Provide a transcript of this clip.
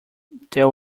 there